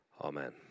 Amen